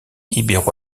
ibéro